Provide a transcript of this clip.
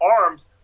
arms